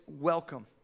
welcome